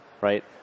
right